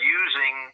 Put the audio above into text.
using